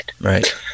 Right